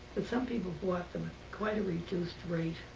but some people bought them at quite a reduced rate.